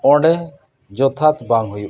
ᱚᱸᱰᱮ ᱡᱚᱛᱷᱟᱛ ᱵᱟᱝ ᱦᱩᱭᱩᱜ ᱠᱟᱱᱟ